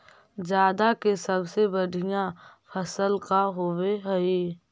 जादा के सबसे बढ़िया फसल का होवे हई?